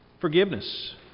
forgiveness